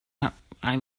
i—i